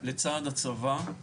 לצד הצבא,